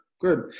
Good